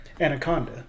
anaconda